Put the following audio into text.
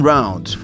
Round